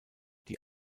die